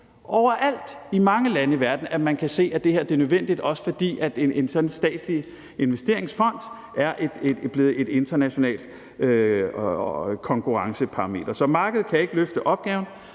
overalt, i mange lande i verden, at man kan se, at det her er nødvendigt, også fordi sådan en statslig investeringsfond er blevet et internationalt konkurrenceparameter. Så markedet kan ikke løfte opgaven,